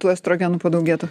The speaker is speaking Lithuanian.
tų estrogenų padaugėtų